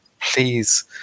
Please